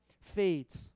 fades